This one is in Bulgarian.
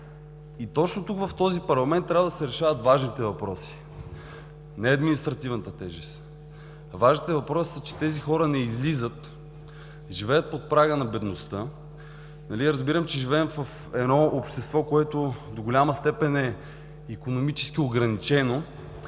И точно тук, в този парламент, трябва да се решават важните въпроси, не административната тежест. Важните въпроси са, че тези хора не излизат, живеят под прага на бедността. Разбирам, че живеем в едно общество, което до голяма степен е икономически ограничено,